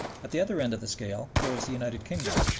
at the other end of the scale there is the united kingdom.